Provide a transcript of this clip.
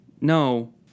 no